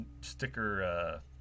sticker